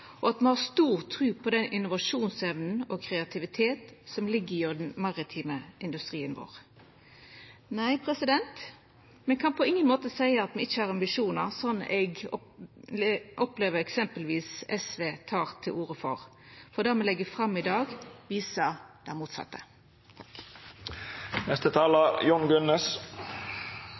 viser at me er teknologioptimistar og at me har stor tru på den innovasjonsevna og kreativiteten som ligg hjå den maritime industrien vår. Nei, me kan på ingen måte seia at me ikkje har ambisjonar, slik eg opplever at eksempelvis SV tek til orde for. Det me legg fram i dag, viser det motsette.